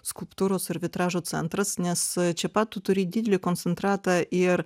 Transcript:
skulptūros ir vitražo centras nes čia pat tu turi didelį koncentratą ir